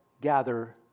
gather